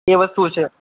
એ વસ્તુ છે